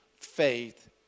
faith